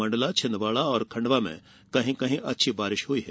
मंडला छिंदवाड़ा और खंडवा में कहीं कहीं अच्छी बारिश हुई है